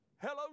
Hello